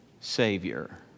Savior